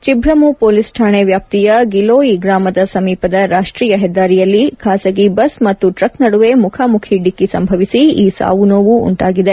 Chhibramau police ಕಾಣೆ ವ್ಯಾಪ್ತಿಯ ಗಿಲೋಯಿ ಗ್ರಾಮದ ಸಮೀಪದ ರಾಷ್ಷೀಯ ಹೆದ್ದಾರಿಯಲ್ಲಿ ಖಾಸಗಿ ಬಸ್ ಮತ್ತು ಟ್ರಕ್ ನಡುವೆ ಮುಖಾಮುಖಿ ಡಿಕ್ಕಿ ಸಂಭವಿಸಿ ಈ ಸಾವು ನೋವು ಉಂಟಾಗಿದೆ